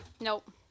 Nope